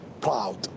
proud